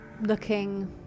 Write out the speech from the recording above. looking